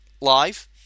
live